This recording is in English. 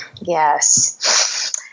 Yes